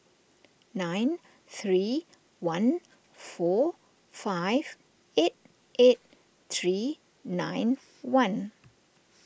nine three one four five eight eight three nine one